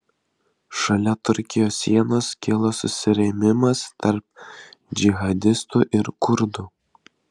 šalia turkijos sienos kilo susirėmimas tarp džihadistų ir kurdų